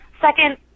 Second